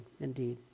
indeed